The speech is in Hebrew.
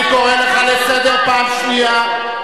אני קורא אותך לסדר פעם שנייה.